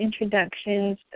introductions